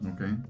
Okay